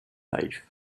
life